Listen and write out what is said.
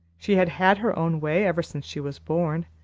she had had her own way ever since she was born,